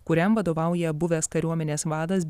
kuriam vadovauja buvęs kariuomenės vadas